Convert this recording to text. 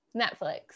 netflix